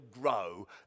grow